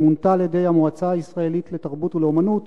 שמונתה על-ידי המועצה הישראלית לתרבות ולאמנות,